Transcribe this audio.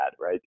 right